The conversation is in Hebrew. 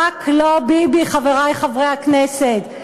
רק לא ביבי, חברי חברי הכנסת.